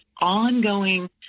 ongoing